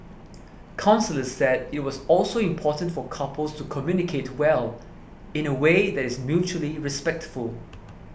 counsellors said it was also important for couples to communicate well in away that is mutually respectful